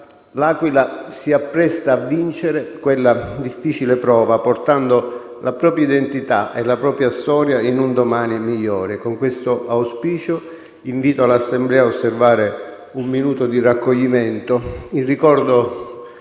«L'Aquila si appresta a vincere questa difficile prova, portando la propria identità e la propria storia in un domani migliore». Con questo auspicio, invito l'Assemblea ad osservare un minuto di raccoglimento